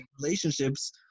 relationships